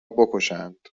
بکشند